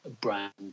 brand